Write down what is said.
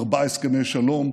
ארבעה הסכמי שלום,